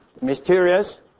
mysterious